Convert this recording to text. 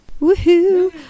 Woohoo